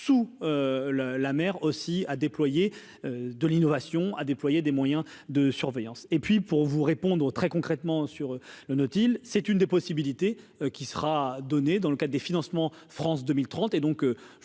sous le la mère aussi a déployé de l'innovation a déployé des moyens de surveillance et puis pour vous répondre très concrètement sur le Nautile, c'est une des possibilités qui sera donnée dans le cadre des financements, France 2030